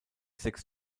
sechs